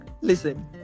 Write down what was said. listen